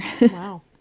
Wow